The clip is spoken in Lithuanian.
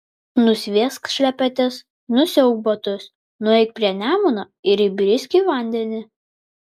nusviesk šlepetes nusiauk batus nueik prie nemuno ir įbrisk į vandenį